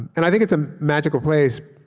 and i think it's a magical place,